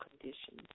conditions